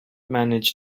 manage